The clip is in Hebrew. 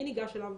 מי ניגש אליו?